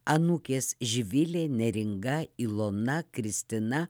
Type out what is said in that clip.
anūkės živilė neringa ilona kristina